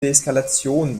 deeskalation